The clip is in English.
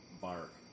bark